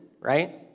right